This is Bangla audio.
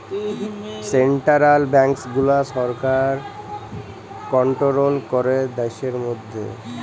সেনটারাল ব্যাংকস গুলা সরকার কনটোরোল ক্যরে দ্যাশের ম্যধে